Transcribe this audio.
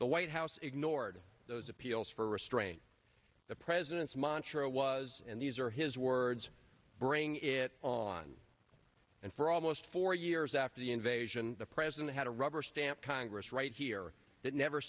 the white house ignored those appeals for restraint the president's montreaux was and these are his words bring it on and for almost four years after the invasion the president had a rubber stamp congress right here that never